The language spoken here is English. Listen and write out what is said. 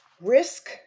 risk